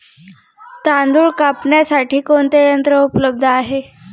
तांदूळ कापण्यासाठी कोणते यंत्र उपलब्ध आहे?